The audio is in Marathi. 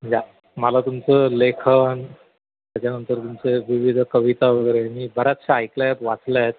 ज्या मला तुमचं लेखन त्याच्यानंतर तुमचे विविध कविता वगैरे मी बऱ्याचशा ऐकल्या आहेत वाचल्या आहेत